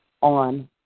on